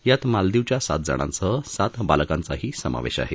यात मालदीवच्या सात जणांसह सात बालकांचाही समावेश आहे